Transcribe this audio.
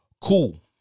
Cool